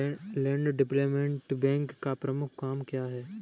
Land development bank का प्रमुख काम क्या है?